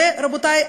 ורבותי,